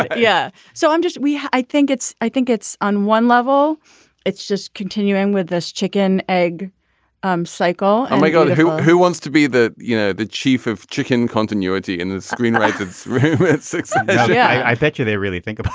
yeah so i'm just we i think it's i think it's on one level it's just continuing with this chicken egg um cycle and we got everyone who wants to be the you know the chief of chicken continuity and the screenwriters six yeah i bet you they really think.